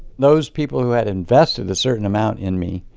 those people who had invested a certain amount in me